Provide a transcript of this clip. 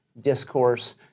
discourse